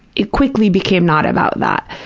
it quickly became not about that.